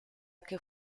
que